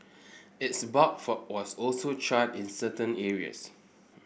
its bark for was also charred in certain areas